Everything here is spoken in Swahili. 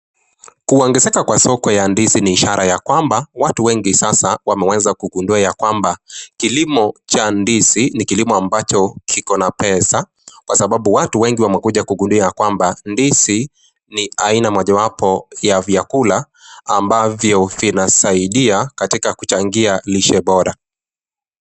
Kuongezeka kwa soko ya ndizi ni ishara ya kwamba watu wengi sasa wameweza kugundua ya kwamba, kilimo cha ndizi ni kilimo ambacho kikona pesa kwa sababu watu wengi wamekuja kugundua ya kwamba ndizi ni aina mojawapo ya vyakula ambavyo vinasaidia katika kuchangia lishe bora.